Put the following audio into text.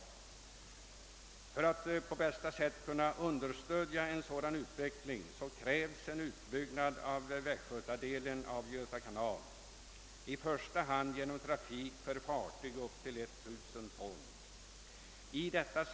En sådan utveckling kräver en utbyggnad av västgötadelen av Göta kanal, i första hand för trafik med fartyg på upp till 1 000 ton.